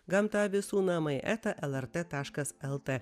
gamta visų namai eta lrt taškas lt